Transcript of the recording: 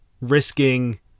risking